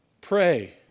Pray